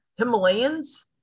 Himalayans